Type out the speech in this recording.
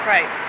Right